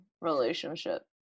relationship